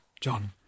John